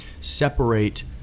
separate